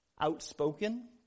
outspoken